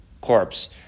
corpse